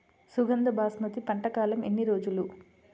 సుగంధ బాస్మతి పంట కాలం ఎన్ని రోజులు?